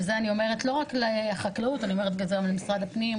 ואת זה אני אומרת לא רק למשרד החקלאות אלא גם למשרד הפנים,